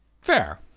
Fair